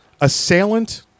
Assailant